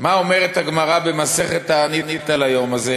מה אומרת הגמרא במסכת תענית על היום הזה?